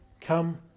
come